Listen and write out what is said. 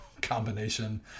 combination